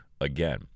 again